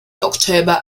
october